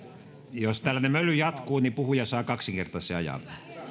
jos tällainen möly jatkuu puhuja saa kaksinkertaisen ajan